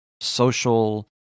social